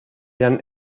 eran